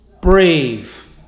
brave